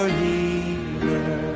healer